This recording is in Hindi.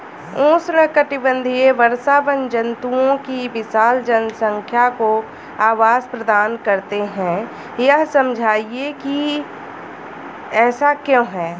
उष्णकटिबंधीय वर्षावन जंतुओं की विशाल जनसंख्या को आवास प्रदान करते हैं यह समझाइए कि ऐसा क्यों है?